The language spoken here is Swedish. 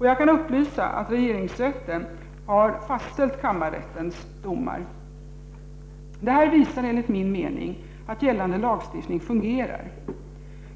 Jag kan upplysa att regeringsrätten har fastställt kammarrätternas domar. Detta visar enligt min mening att gällande lagstiftning fungerar.